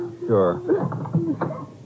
Sure